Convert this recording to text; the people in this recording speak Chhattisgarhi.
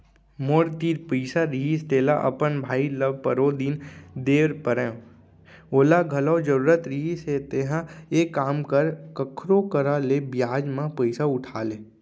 मोर तीर पइसा रहिस तेला अपन भाई ल परोदिन दे परेव ओला घलौ जरूरत रहिस हे तेंहा एक काम कर कखरो करा ले बियाज म पइसा उठा ले